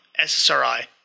SSRI